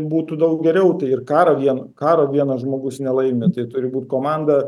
būtų daug geriau tai ir karo vien karo vienas žmogus nelaimi tai turi būt komanda